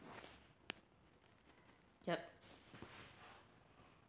yup